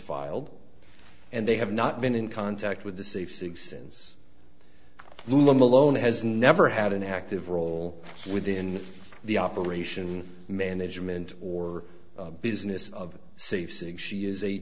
filed and they have not been in contact with the safes existence lula malone has never had an active role within the operation management or business of cif sic she is a